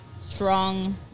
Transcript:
strong